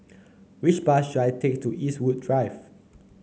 which bus should I take to Eastwood Drive